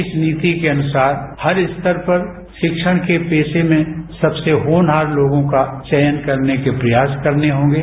इस नीति के अनुसार हर स्तर पर शिक्षण के पेशे में सबसे होनहार लोगों का चयन करने के प्रयास करने होंगे